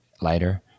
lighter